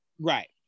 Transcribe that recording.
right